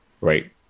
right